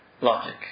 Logic